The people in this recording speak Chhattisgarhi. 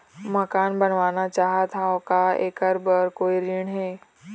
मकान बनवाना चाहत हाव, का ऐकर बर कोई ऋण हे?